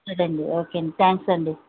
సరే అండి ఓకే అండి థాంక్స్ అండి